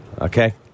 Okay